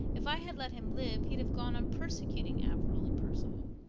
if i had let him live he'd have gone on persecuting averil and perceval.